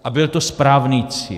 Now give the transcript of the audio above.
A byl to správný cíl.